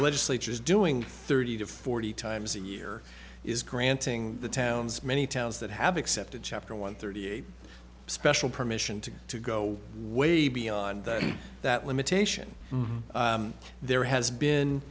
legislature is doing thirty to forty times a year is granting the towns many towns that have accepted chapter one thirty eight special permission to go go to way beyond that limitation there has